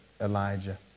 Elijah